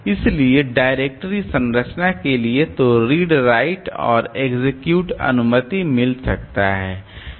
इसलिए डायरेक्टरी संरचना के लिए तो रीड राइट और एग्जीक्यूट अनुमति मिल सकता है